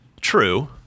True